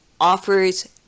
offers